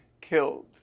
killed